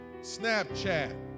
Snapchat